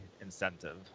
incentive